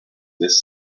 this